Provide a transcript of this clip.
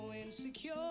insecure